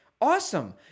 Awesome